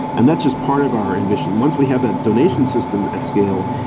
and that's just part of our ambition. once we have that donation system at scale,